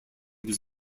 was